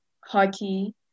hockey